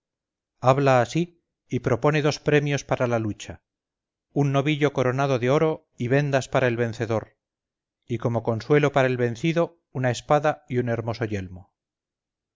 habla así y propone dos premios para la lucha un novillo coronado de oro y vendas para el vencedor y como consuelo para el vencido una espada y un hermoso yelmo